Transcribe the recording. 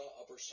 Upper